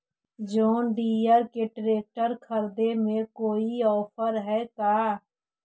जोन Deere के tractor खरिदे में कोई औफर है का?